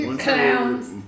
Clowns